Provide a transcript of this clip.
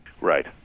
Right